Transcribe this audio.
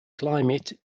climate